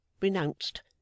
renounced